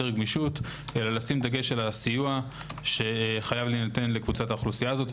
גמישות אלא לשים דגש על הסיוע שחייב להינתן לקבוצת האוכלוסייה הזאת,